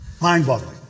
Mind-boggling